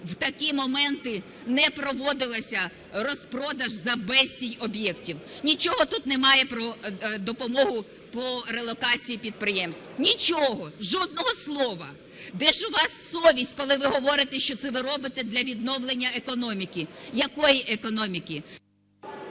в такі моменти не проводився розпродаж за безцінь об'єктів. Нічого тут немає про допомогу по релокації підприємств, нічого, жодного слова. Де ж у вас совість, коли ви говорите, що це ви робите для відновлення економіки. Якої економіки?